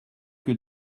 que